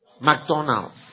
McDonald's